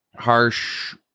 harsh